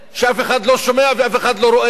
שאף אחד לא שומע ואף אחד לא רואה,